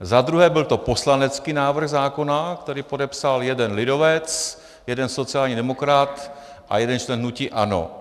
Za druhé, byl to poslanecký návrh zákona, který podepsal jeden lidovec, jeden sociální demokrat a jeden člen hnutí ANO.